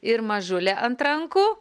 ir mažulė ant rankų